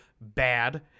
bad